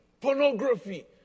pornography